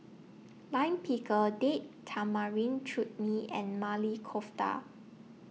Lime Pickle Date Tamarind Chutney and Maili Kofta